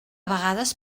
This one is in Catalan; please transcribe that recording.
vegades